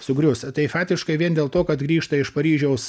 sugrius tai fatiškai vien dėl to kad grįžta iš paryžiaus